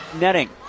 netting